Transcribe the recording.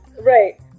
Right